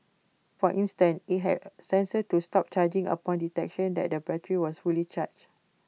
for instance IT had sensor to stop charging upon detection that the battery was fully charged